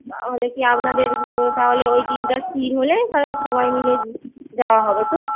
তাহলে কি আপনাদের তাহলে ওই দিনটা স্থির হলে তাহলে সবাই মিলে যাওয়া হবে তো